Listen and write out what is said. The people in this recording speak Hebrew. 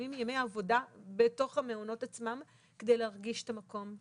מקיימים ימי עבודה בתוך המעונות עצמם כדי להרגיש את המקום,